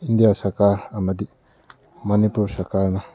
India ꯁꯔꯀꯥꯔ ꯑꯃꯗꯤ ꯃꯅꯤꯄꯨꯔ ꯁꯔꯀꯥꯔꯅ